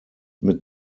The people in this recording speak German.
mit